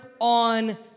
on